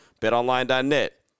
BetOnline.net